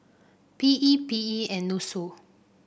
P E P E and NUSSU